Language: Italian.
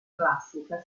classica